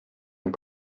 and